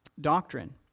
doctrine